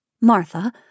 Martha